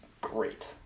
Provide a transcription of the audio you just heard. great